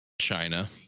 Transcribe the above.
China